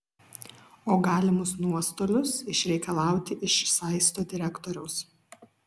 o galimus nuostolius išreikalauti iš saisto direktoriaus